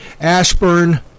ashburn